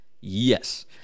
Yes